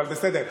אבל בסדר.